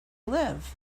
live